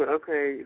okay